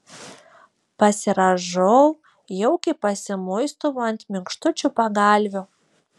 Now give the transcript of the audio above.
pasirąžau jaukiai pasimuistau ant minkštučių pagalvių